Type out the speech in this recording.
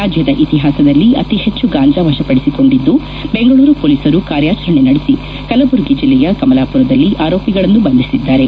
ರಾಜ್ಯದ ಇತಿಹಾಸದಲ್ಲಿ ಅತಿ ಹೆಚು ಗಾಂಜಾ ವಶಪಡಿಸಿಕೊಂಡಿದ್ದು ಬೆಂಗಳೂರು ಪೋಲಿಸರು ಕಾರ್ಯಾಚರಣೆ ನಡೆಸಿ ಕಲಬುರಗಿ ಜಿಲ್ಲೆಯ ಕಮಲಾಪುರದಲ್ಲಿ ಆರೋಪಿಗಳನ್ನು ಬಂಧಿಸಿದ್ದಾರೆ